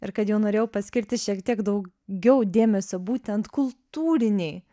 ir kad jau norėjau paskirti šiek tiek daugiau dėmesio būtent kultūrinei